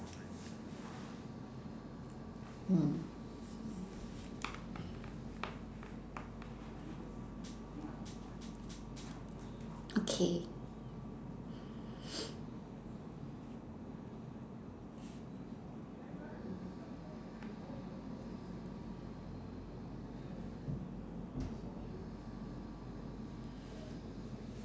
hmm okay